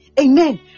amen